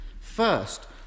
First